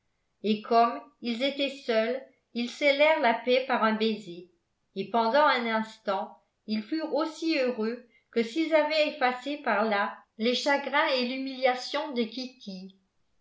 et comme ils étaient seuls ils scellèrent la paix par un baiser et pendant un instant ils furent aussi heureux que s'ils avaient effacé par là les chagrins et l'humiliation de kitty